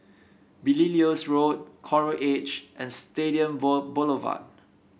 Belilios Road Coral Edge and Stadium Boulevard